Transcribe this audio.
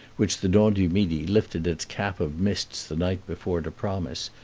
which the dent-du-midi lifted its cap of mists the night before to promise,